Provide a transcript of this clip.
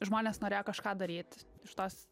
žmonės norėjo kažką daryt iš tos